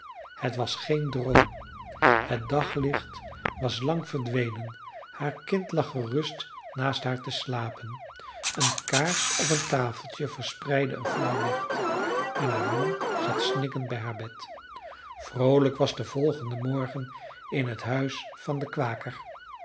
het was geen droom het daglicht was lang verdwenen haar kind lag gerust naast haar te slapen eene kaars op een tafeltje verspreidde een flauw licht en haar man zat snikkend bij haar bed vroolijk was de volgende morgen in het huis van den kwaker